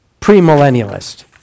premillennialist